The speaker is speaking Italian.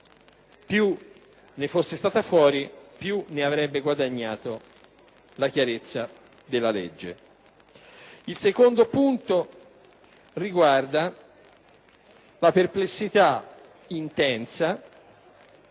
Più ne fosse stata fuori, più ne avrebbe guadagnato la chiarezza della legge. Il secondo punto riguarda la perplessità intensa